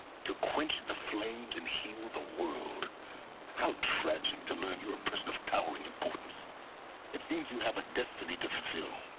to quench the flames and heal the world how tragic to learn you're a person of towering importance it seems you have a destiny to fulfill.